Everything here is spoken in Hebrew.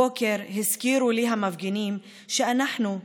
הבוקר הזכירו לי המפגינים שאנחנו,